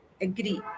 agree